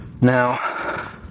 Now